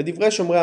לדברי שומרי